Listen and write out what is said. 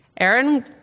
Aaron